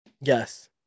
Yes